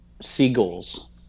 Seagulls